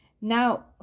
Now